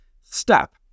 step